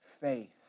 faith